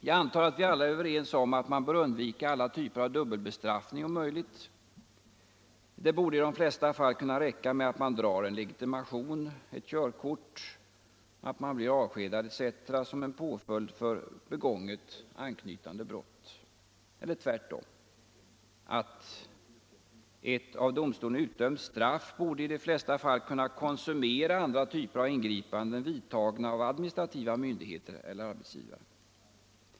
Jag antar att vi alla är överens om att man om möjligt bör undvika alla typer av dubbelbestraffning. Det borde i de flesta fall kunna räcka med att man drar in en legitimation, ett körkort, avskedar, etc. som en påföljd för begånget anknytande brott. Eller tvärtom — ett av domstol utdömt straff borde i de flesta fall kunna konsumera andra typer av ingripanden, vidtagna av administrativa myndigheter eller arbetsgivare.